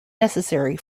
necessary